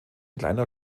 kleiner